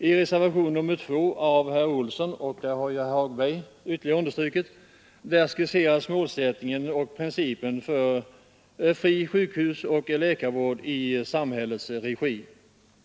I reservationen 2 av herr Olsson i Stockholm — herr Hagberg i Nr 90 Borlänge har här ytterligare understrukit denna reservation — skisseras Måndagen den målsättningen och principen för fri sjukhusvård och läkarvård i samhäl 27 maj 1974 lets regi.